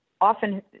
Often